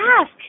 Ask